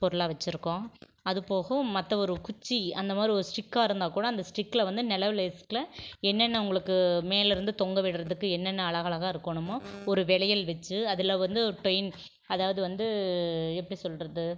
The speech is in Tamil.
பொருளாக வெச்சுருக்கோம் அது போக மற்ற ஒரு குச்சி அந்த மாதிரி ஒரு ஸ்டிக்காக இருந்தால்கூட அந்த ஸ்டிக்கில் வந்து நிலவு லேஸ்க்கில் என்னென்ன உங்களுக்கு மேலிருந்து தொங்க விடுறதுக்கு என்னென்ன அழகலகா இருக்கணுமோ ஒரு வளையல் வெச்சு அதில் வந்து ஒரு பெய்ண்ட் அதாவது வந்து எப்படி சொல்கிறது